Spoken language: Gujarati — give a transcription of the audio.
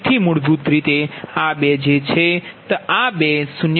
તેથી મૂળભૂત રીતે આ 2 છે જો તમે આ બે 0